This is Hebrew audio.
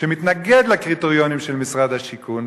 שמתנגד לקריטריונים של משרד השיכון,